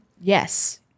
Yes